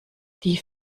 die